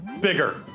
Bigger